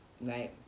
Right